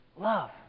love